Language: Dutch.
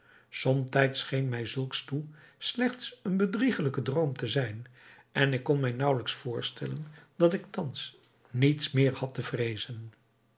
scheen mij zulks toe slechts een bedriegelijke droom te zijn en ik kon mij naauwelijks voorstellen dat ik thans niets meer had te vreezen